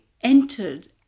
entered